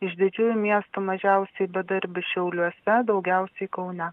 iš didžiųjų miestų mažiausiai bedarbių šiauliuose daugiausiai kaune